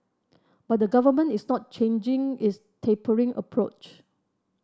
but the Government is not changing its tapering approach